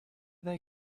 they